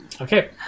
Okay